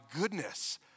goodness